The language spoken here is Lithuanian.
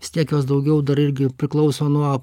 vis tiek jos daugiau dar irgi priklauso nuo